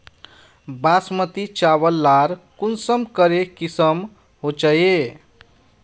बासमती चावल लार कुंसम करे किसम होचए?